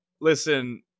Listen